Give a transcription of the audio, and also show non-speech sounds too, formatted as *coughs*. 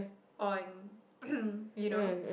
on *coughs* you know